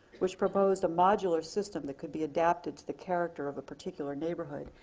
which proposed a modular system that could be adapted to the character of a particular neighborhood.